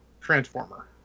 transformer